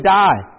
die